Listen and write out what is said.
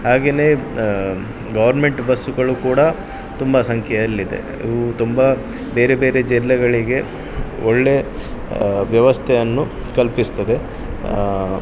ಹಾಗೆಯೇ ಗೌರ್ಮೆಂಟ್ ಬಸ್ಸುಗಳು ಕೂಡ ತುಂಬ ಸಂಖ್ಯೆಯಲ್ಲಿದೆ ಅವು ತುಂಬ ಬೇರೆ ಬೇರೆ ಜಿಲ್ಲೆಗಳಿಗೆ ಒಳ್ಳೆ ವ್ಯವಸ್ಥೆಯನ್ನು ಕಲ್ಪಿಸ್ತದೆ